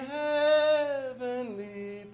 heavenly